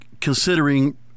considering